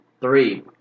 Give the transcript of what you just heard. Three